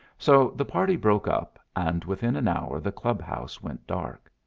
so the party broke up, and within an hour the clubhouse went dark.